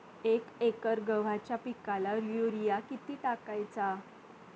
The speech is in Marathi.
एक एकर गव्हाच्या पिकाला युरिया किती टाकायचा?